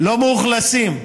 שלא מאוכלסים,